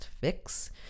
fix